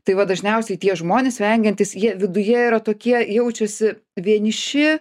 tai va dažniausiai tie žmonės vengiantys jie viduje yra tokie jaučiasi vieniši